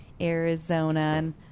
Arizona